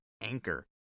anchor